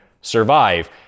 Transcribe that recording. survive